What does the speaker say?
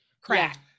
crack